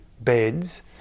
beds